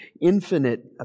infinite